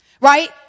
Right